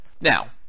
Now